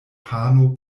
pano